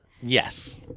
Yes